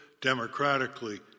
democratically